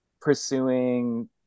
pursuing